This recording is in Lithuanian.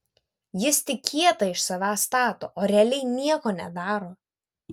jis tik kietą iš savęs stato o realiai nieko nedaro